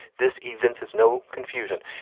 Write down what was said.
this event is no confusion.